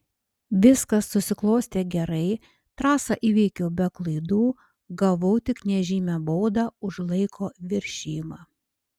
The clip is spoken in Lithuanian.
viskas susiklostė gerai trasą įveikiau be klaidų gavau tik nežymią baudą už laiko viršijimą